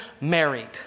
married